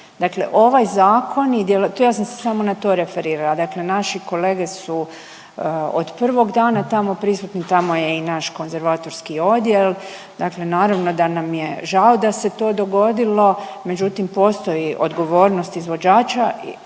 Dakle ovaj zakon i dje…, ja sam se samo na to referirala, dakle naši kolege su od prvog dana tamo prisutni, tamo je i naš konzervatorski odjel, dakle naravno da nam je žao da se to dogodilo, međutim postoji odgovornost izvođača